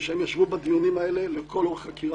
מפני שהם ישבו בדיונים האלה לכל אורך החקירה.